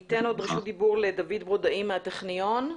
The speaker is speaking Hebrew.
ניתן רשות דיבור לדוד ברודאי מהטכניון.